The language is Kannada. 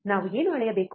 ನಾವು ಏನು ಅಳೆಯಬೇಕು